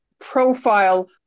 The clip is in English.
profile